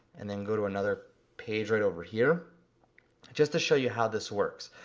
and then go to another page right over here just to show you how this works.